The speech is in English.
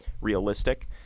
realistic